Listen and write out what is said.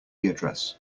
address